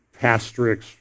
pastrix